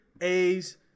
A's